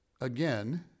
again